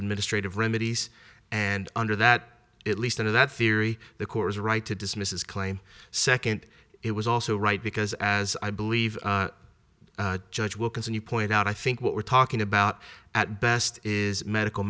administrative remedies and under that at least under that theory the corps right to dismiss his claim second it was also right because as i believe judge wilkinson you point out i think what we're talking about at best is medical